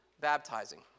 Baptizing